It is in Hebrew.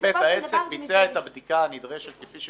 בסופו של דבר --- אם בית העסק ביצע את הבדיקה הנדרשת כפי שמתבקש ממנו.